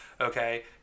okay